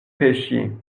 pêchiez